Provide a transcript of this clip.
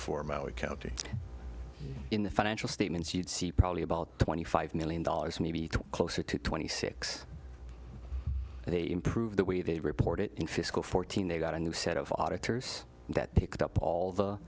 for maui county in the financial statements you'd see probably about twenty five million dollars maybe closer to twenty six they improve the way they reported in fiscal fourteen they got a new set of auditors that picked up all the